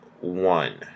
one